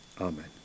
Amen